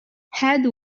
head